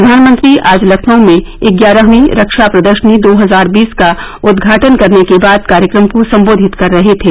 प्रधानमंत्री आज लखनऊ में ग्यारहवीं रक्षा प्रदर्शनी दो हजार बीस का उद्घाटन करने के बाद कार्यक्रम को संबोधित कर रहे थे